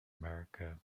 america